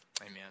Amen